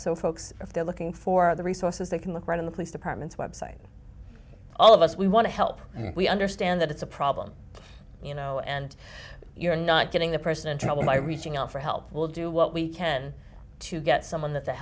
so folks if they're looking for other resources they can look right in the police department's website all of us we want to help and we understand that it's a problem you know and you're not getting the person in trouble by reaching out for help we'll do what we can to get someone that th